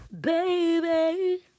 baby